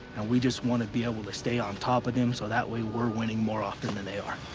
and we just wanna be able to stay on top of them, so that way, we're winning more often than they are.